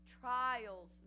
trials